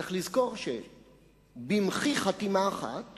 צריך לזכור שבמחי חתימה אחת